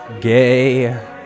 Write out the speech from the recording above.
gay